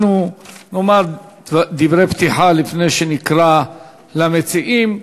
אנחנו נאמר דברי פתיחה לפני שנקרא למציעים.